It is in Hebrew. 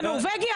אתה נורווגי?